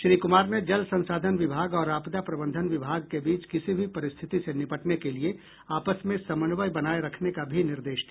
श्री कुमार ने जल संसाधन विभाग और आपदा प्रबंधन विभाग के बीच किसी भी परिस्थिति से निपटने के लिए आपस में समन्वय बनाये रखने का भी निर्देश दिया